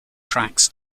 tracks